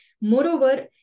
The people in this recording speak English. Moreover